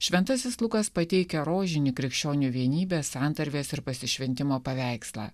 šventasis lukas pateikia rožinį krikščionių vienybės santarvės ir pasišventimo paveikslą